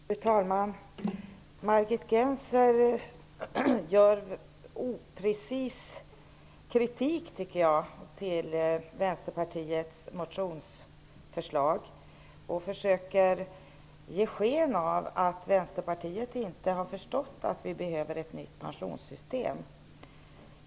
Fru talman! Margit Gennser riktar i mitt tycke oprecis kritik mot Vänsterpartiets motionsförslag och försöker ge sken av att Vänsterpartiet inte har förstått att vi behöver ett nytt pensionssystem.